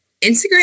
Instagram